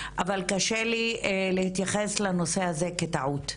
אבל קשה לי להתייחס לנושא הזה כטעות.